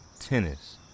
tennis